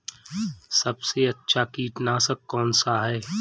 सबसे अच्छा कीटनाशक कौनसा है?